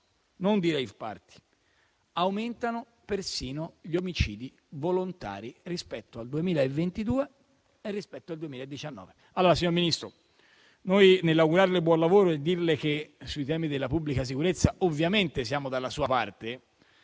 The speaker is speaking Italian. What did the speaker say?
(non di *rave party*) e che aumentano persino gli omicidi volontari rispetto al 2022 e rispetto al 2019. Signor Ministro, nell'augurarle buon lavoro e nel dirle che sui temi della pubblica sicurezza ovviamente siamo dalla sua parte,